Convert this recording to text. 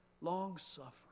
long-suffering